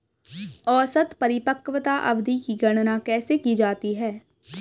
औसत परिपक्वता अवधि की गणना कैसे की जाती है?